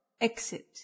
Exit